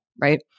right